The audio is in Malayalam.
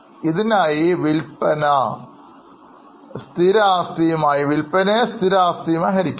ഇതിനായി വിൽപ്പന സ്ഥിര ആസ്തിയുമായി ഹരിക്കുന്നു